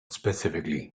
specifically